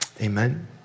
Amen